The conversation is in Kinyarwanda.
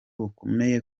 bukomeye